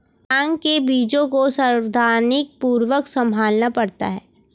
भांग के बीजों को सावधानीपूर्वक संभालना पड़ता है